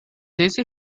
easy